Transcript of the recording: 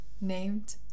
Named